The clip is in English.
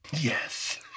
yes